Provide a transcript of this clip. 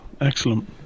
Excellent